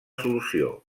solució